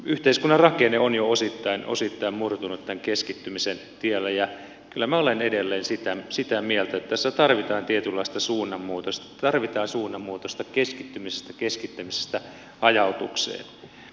yhteiskunnan rakenne on jo osittain murtunut tämän keskittymisen tiellä ja kyllä minä olen edelleen sitä mieltä että tässä tarvitaan tietynlaista suunnanmuutosta keskittämisestä hajautukseen